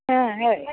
ಹಾಂ ಹೇಳಿ